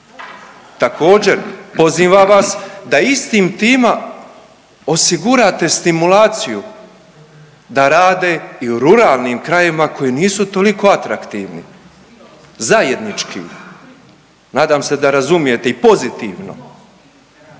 Također, pozivam vas da istim tim osigurate stimulaciju da rade i u ruralnim krajevima koji nisu toliko atraktivni. Zajednički nadam se da razumijete i pozitivno.